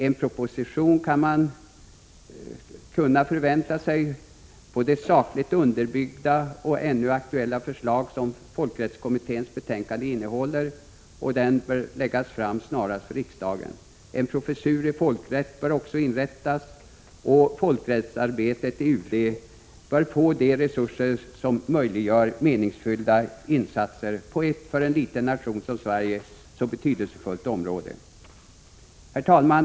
Man borde kunna förvänta sig att en proposition på de sakligt underbyggda och ännu aktuella förslag som folkrättskommitténs betänkande innehåller läggs fram för riksdagen. En professur i folkrätt bör också inrättas, och folkrättsarbetet i UD bör få de resurser som möjliggör meningsfulla insatser på ett, för en liten nation som Sverige, så betydelsefullt område. Herr talman!